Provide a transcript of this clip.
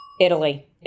Italy